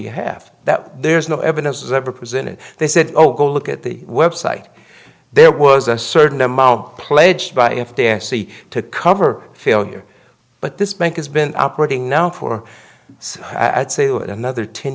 you have that there's no evidence is ever presented they said oh go look at the website there was a certain amount pledged by f d a i see to cover failure but this bank has been operating now for at say to another ten